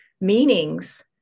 meanings